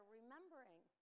remembering